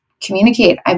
communicate